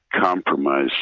compromise